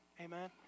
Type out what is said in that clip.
amen